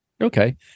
Okay